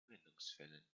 anwendungsfällen